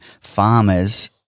farmers